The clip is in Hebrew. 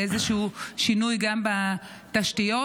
לאיזשהו שינוי גם בתשתיות.